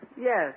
Yes